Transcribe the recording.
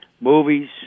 movies